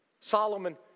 Solomon